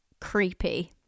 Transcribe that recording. creepy